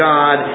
God